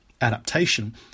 adaptation